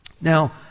Now